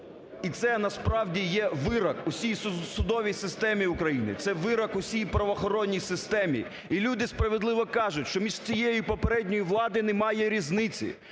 І це насправді є вирок всій судовій системі України, це вирок всій правоохоронній системі і люди справедливо кажуть, що між цією і попередньою владою немає різниці.